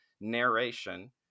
narration